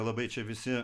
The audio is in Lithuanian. labai čia visi